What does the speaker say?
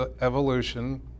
evolution